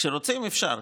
כשרוצים, אפשר.